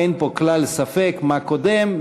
אין פה כלל ספק מה קודם,